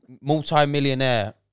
Multi-millionaire